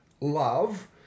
love